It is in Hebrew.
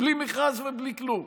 בלי מכרז ובלי כלום,